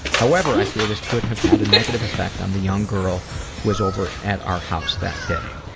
however, i fear this could have had a negative effect on the young girl who was over at our house that day.